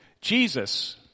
Jesus